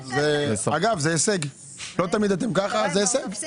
אנחנו את